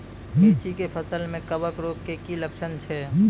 मिर्ची के फसल मे कवक रोग के की लक्छण छै?